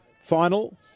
final